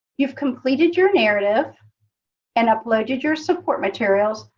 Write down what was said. you've completed your narrative and uploaded your support materials.